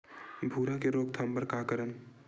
भूरा के रोकथाम बर का करन?